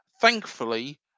thankfully